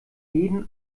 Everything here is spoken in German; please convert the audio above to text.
jeden